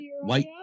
white